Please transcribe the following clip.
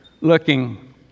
looking